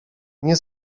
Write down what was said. nie